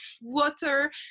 water